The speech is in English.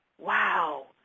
wow